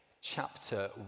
chapter